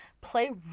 play